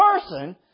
person